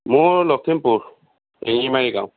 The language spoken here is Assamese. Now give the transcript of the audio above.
মোৰ লক্ষীমপুৰ শিঙিমাৰি গাঁও